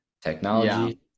technology